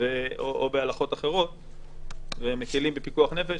או בהלכות אחרות ומקילים בפיקוח נפש.